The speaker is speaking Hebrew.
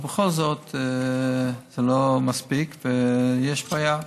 אבל בכל זאת זה לא מספיק ויש בעיה.